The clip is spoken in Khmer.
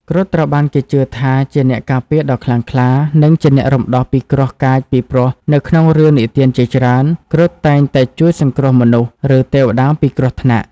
គ្រុឌត្រូវបានគេជឿថាជាអ្នកការពារដ៏ខ្លាំងក្លា និងជាអ្នករំដោះពីគ្រោះកាចពីព្រោះនៅក្នុងរឿងនិទានជាច្រើន គ្រុឌតែងតែជួយសង្គ្រោះមនុស្ស ឬទេវតាពីគ្រោះថ្នាក់។